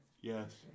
Yes